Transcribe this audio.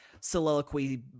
soliloquy